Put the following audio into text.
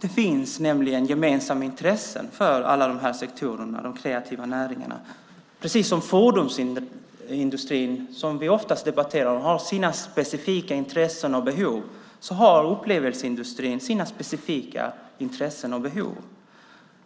Det finns nämligen gemensamma intressen för alla de kreativa näringarna. Precis som fordonsindustrin, som vi oftast debatterar, har sina specifika intressen och behov har upplevelseindustrin sina specifika intressen och behov.